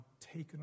taken